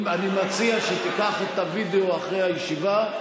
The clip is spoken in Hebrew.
אני מציע שתיקח את הווידיאו אחרי הישיבה,